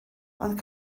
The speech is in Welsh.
ond